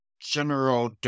General